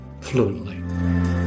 fluently